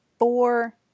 Four